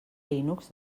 linux